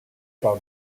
par